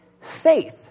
faith